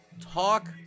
Talk